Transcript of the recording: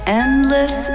endless